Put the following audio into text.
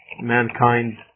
mankind